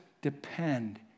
depend